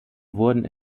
wurden